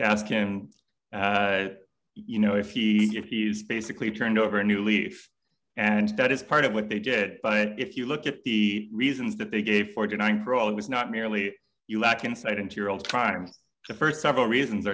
ask him you know if he if he's basically turned over a new leaf and that is part of what they did but if you look at the reasons that they gave for denying for all it was not merely you lack insight into your own times the st several reasons